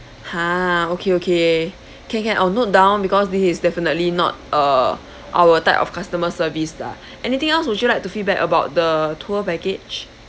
!huh! okay okay can can I'll note down because there is definitely not uh our type of customer service lah anything else would you like to feedback about the tour package